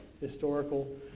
historical